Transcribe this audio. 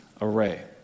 array